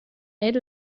eir